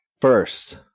First